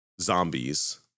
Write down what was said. zombies